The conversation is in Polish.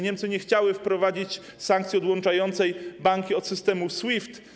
Niemcy nie chciały wprowadzić sankcji odłączającej banki od systemu SWIFT.